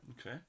Okay